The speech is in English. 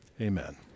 Amen